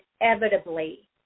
inevitably